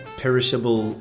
perishable